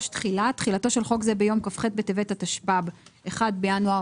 תחילה 3. תחילתו של חוק זה ביום כ"ח בטבת התשפ"ב (1 בינואר